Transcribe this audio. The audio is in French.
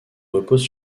repose